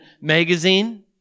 Magazine